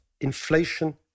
inflation